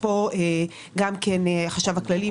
החשב הכללי,